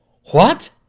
what?